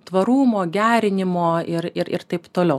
tvarumo gerinimo ir ir taip toliau